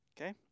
Okay